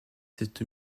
cette